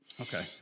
Okay